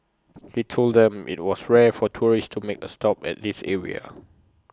he told them that IT was rare for tourists to make A stop at this area